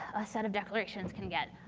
a set of declarations can get.